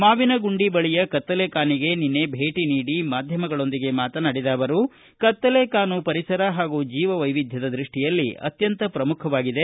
ಮಾವಿನಗುಂಡಿ ಬಳಿಯ ಕತ್ತಲೆ ಕಾನಿಗೆ ಭೇಟಿ ನೀಡಿ ಮಾಧ್ಯಮಗಳೊಂದಿಗೆ ಮಾತನಾಡಿ ಕತ್ತಲೆ ಕಾನು ಪರಿಸರ ಹಾಗೂ ಜೀವ ವೈವಿಧ್ಯದ ದೃಷ್ಟಿಯಲ್ಲಿ ಅತ್ಯಂತ ಪ್ರಮುಖವಾಗಿದೆ